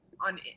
on